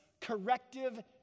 corrective